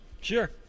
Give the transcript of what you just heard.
Sure